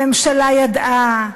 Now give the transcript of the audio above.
הממשלה ידעה,